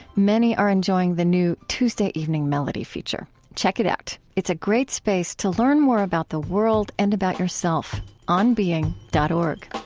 many are enjoying the new tuesday evening melody feature. check it out. it's a great space to learn more about the world and about yourself onbeing dot o r